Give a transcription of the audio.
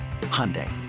Hyundai